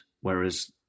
whereas